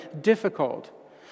difficult